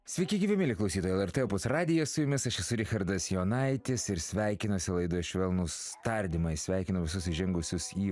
sveiki gyvi mieli klausytojai lrt opus radija su jumis aš esu richardas jonaitis ir sveikinuosi laidoj švelnūs tardymai sveikinam visus įžengusius į